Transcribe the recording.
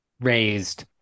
raised